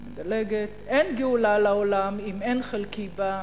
אני מדלגת: "אין גאולה לעולם אם אין חלקי בה.